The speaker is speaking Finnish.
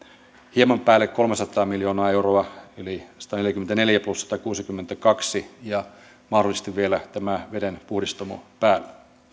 hieman päälle kolmesataa miljoonaa euroa eli sataneljäkymmentäneljä plus satakuusikymmentäkaksi ja mahdollisesti vielä tämä vedenpuhdistamo päälle